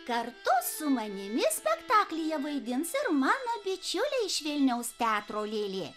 kartu su manimi spektaklyje vaidins ir mano bičiuliai iš vilniaus teatro lėlė